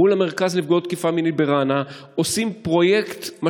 מול המרכז לנפגעות תקיפה מינית ברעננה עושים,